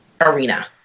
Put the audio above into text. arena